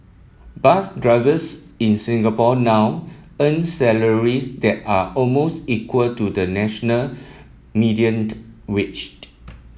bus drivers in Singapore now earn salaries that are almost equal to the national mediator waged